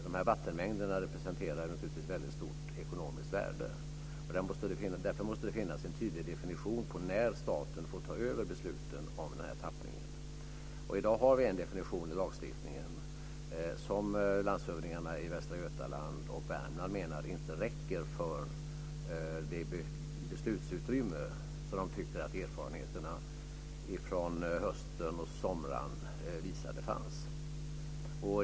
De här vattenmängderna representerar naturligtvis ett väldigt stort ekonomiskt värde. Därför måste det finnas en tydlig definition av när staten får ta över besluten om den här tappningen. I dag har vi en definition i lagstiftningen som landshövdingarna i Västra Götaland och Värmland menar inte räcker för det beslutsutrymme som de tycker att erfarenheterna från hösten och sommaren visade fanns.